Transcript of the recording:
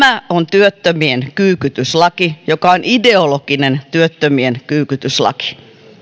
tämä on työttömien kyykytyslaki ideologinen työttömien kyykytyslaki